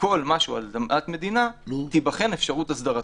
וכל מה שהוא על אדמת מדינה, תיבחן אפשרות הסדרתו.